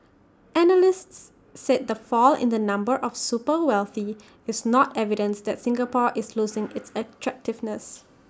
analysts said the fall in the number of super wealthy is not evidence that Singapore is losing its attractiveness